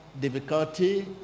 difficulty